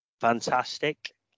Fantastic